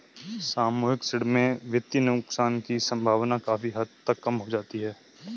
सामूहिक ऋण में वित्तीय नुकसान की सम्भावना काफी हद तक कम हो जाती है